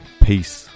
Peace